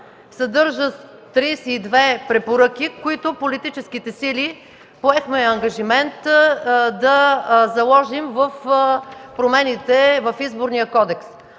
съдържащ 32 препоръки, които политическите сили поехме ангажимент да заложим в промените в Изборния кодекс.